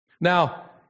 Now